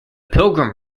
pilgrim